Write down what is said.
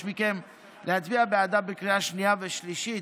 מכם להצביע בעדה בקריאה שנייה ושלישית.